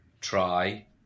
Try